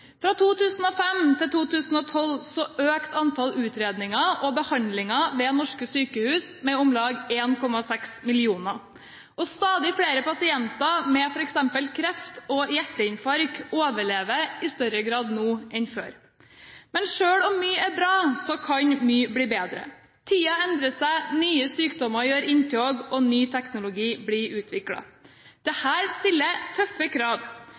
Fra 2005 til 2012 økte antall utredninger og behandlinger ved norske sykehus med om lag 1,6 millioner. Stadig flere pasienter med f.eks. kreft og hjerteinfarkt overlever i større grad nå enn før. Men selv om mye er bra, kan mye bli bedre. Tider endrer seg, nye sykdommer gjør inntog, og ny teknologi blir utviklet. Dette stiller tøffe krav.